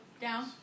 down